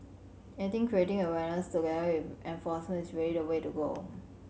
I think creating awareness together with enforcement is really the way to go